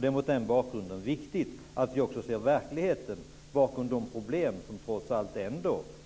Det är mot den bakgrunden viktigt att vi ser verkligheten bakom de problem som trots allt